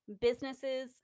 businesses